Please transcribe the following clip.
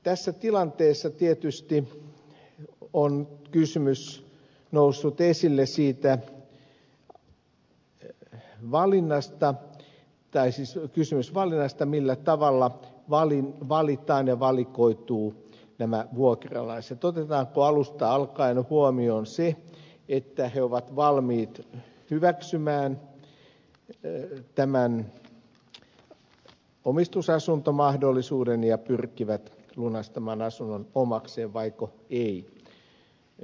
tässä tilanteessa tietysti on kysymys noussut esille siitä valinnasta millä tavalla valitaan ja valikoituvat vuokralaiset otetaanko alusta alkaen huomioon se että he ovat valmiit hyväksymään tämän omistusasuntomahdollisuuden ja pyrkivät lunastamaan asunnon omakseen vaiko ei